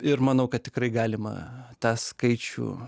ir manau kad tikrai galima tą skaičių